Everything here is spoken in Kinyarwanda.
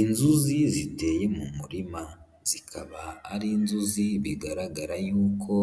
Inzuzi ziteye mu murima. Zikaba ari inzuzi bigaragara yuko